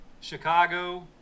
Chicago